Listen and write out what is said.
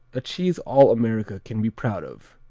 a cheese all america can be proud of,